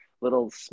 little